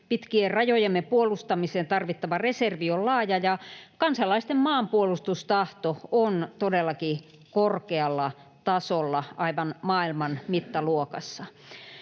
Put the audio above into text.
pitkien rajojemme puolustamiseen tarvittava reservi on laaja, ja kansalaisten maanpuolustustahto on todellakin korkealla tasolla aivan maailman mittaluokassa.